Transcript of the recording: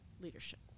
leadership